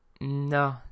No